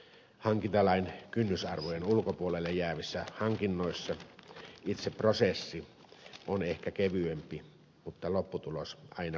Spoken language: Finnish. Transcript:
hankintalain kynnysarvojen ulkopuolelle jäävissä hankinnoissa itse prosessi on ehkä kevyempi mutta lopputulos aina sama